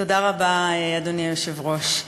תודה רבה, אדוני היושב-ראש.